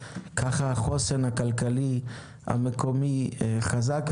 כך החוסן הכלכלי המקומי חזק.